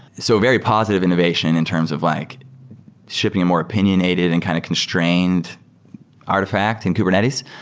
so very positive innovation in terms of like shipping a more opinionated and kind of constrained artifact in kubernetes.